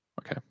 Okay